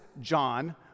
John